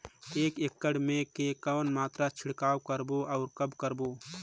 एक एकड़ मे के कौन मात्रा छिड़काव करबो अउ कब करबो?